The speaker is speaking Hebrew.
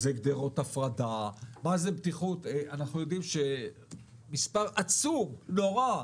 זה גדרות הפרדה אנחנו יודעים שמספר עצום, נורא,